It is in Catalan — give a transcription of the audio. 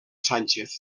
sánchez